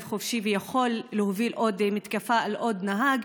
חופשי ויכול להוביל עוד מתקפה על עוד נהג.